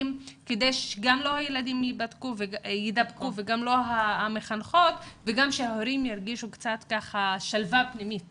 כדי שהילדים לא יידבקו וגם לא המחנכות וההורים ירגישו שלווה פנימית